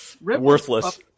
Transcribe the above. worthless